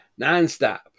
Nonstop